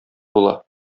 була